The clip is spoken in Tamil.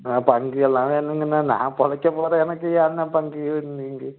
ஆ பங்கு எல்லாம் வேணாங்கண்ணே நான் பொழைக்கப் போகிறேன் எனக்கு ஏண்ணே பங்கு கிங்கு